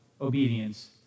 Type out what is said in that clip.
obedience